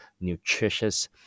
nutritious